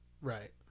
Right